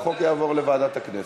החוק יעבור לוועדת הכנסת,